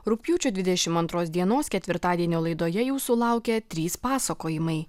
rugpjūčio dvidešim antros dienos ketvirtadienio laidoje jūsų laukia trys pasakojimai